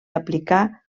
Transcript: aplicar